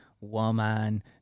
woman